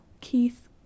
Keith